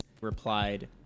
replied